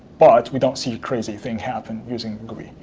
but we don't see a crazy thing happen using gui.